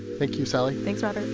thank you, sally thanks, robert